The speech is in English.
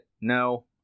no